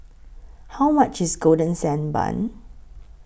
How much IS Golden Sand Bun